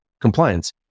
compliance